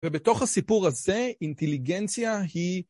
ובתוך הסיפור הזה אינטליגנציה היא...